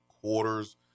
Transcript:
quarters